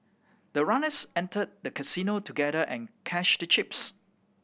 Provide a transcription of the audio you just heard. the runners entered the casino together and cashed the chips